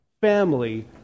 family